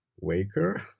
waker